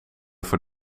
voor